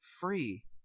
free